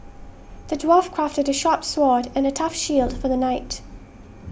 the dwarf crafted a sharp sword and a tough shield for the knight